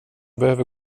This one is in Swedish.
behöver